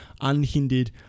unhindered